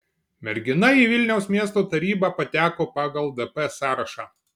mergina į vilniaus miesto tarybą pateko pagal dp sąrašą